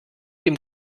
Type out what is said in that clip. dem